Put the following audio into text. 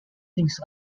things